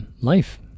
life